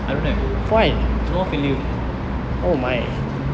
I don't have no off in lieu